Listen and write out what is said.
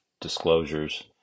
disclosures